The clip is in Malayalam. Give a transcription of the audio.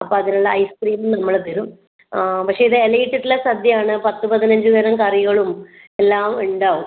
അപ്പോൾ അതിന് ഉള്ള ഐസ് ക്രീം നമ്മൾ തരും പക്ഷെ ഇത് ഇല ഇട്ടിട്ട് ഉള്ള സദ്യ ആണ് പത്ത് പതിനഞ്ച് തരം കറികളും എല്ലാം ഉണ്ടാവും